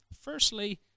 Firstly